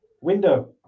window